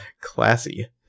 Classy